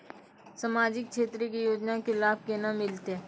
समाजिक क्षेत्र के योजना के लाभ केना मिलतै?